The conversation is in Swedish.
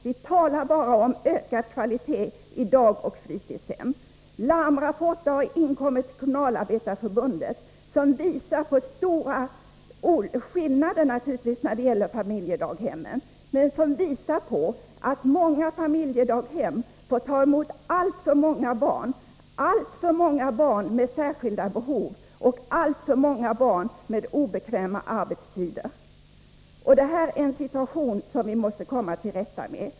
Vi talar bara om ökad kvalitet i dagoch fritidshem. Till Kommunalarbetareförbundet har inkommit larmrapporter, som visar på stora skillnader mellan familjedaghemmen — naturligtvis — och som även visar att många familjedaghem tar emot alltför många barn, alltför många barn med särskilda behov och alltför många barn till föräldrar med obekväma arbetstider. Detta är en situation som vi måste komma till rätta med.